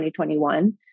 2021